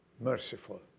merciful